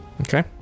Okay